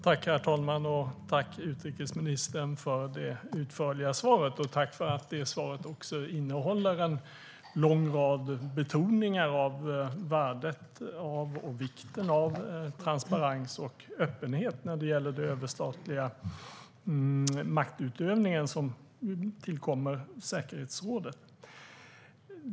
Herr talman! Tack, utrikesministern, för det utförliga svaret! Tack också för att svaret innehåller en lång rad betoningar av värdet och vikten av transparens och öppenhet när det gäller den överstatliga maktutövningen som tillkommer säkerhetsrådet.